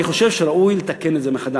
אני חושב שראוי לתקן את זה מחדש.